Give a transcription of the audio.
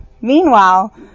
meanwhile